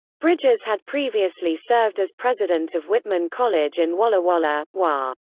bridges had previously served as president of whitman college in walla walla, wa.